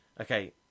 Okay